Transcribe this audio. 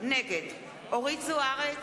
נגד אורית זוארץ,